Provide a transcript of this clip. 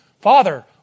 Father